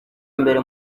imbere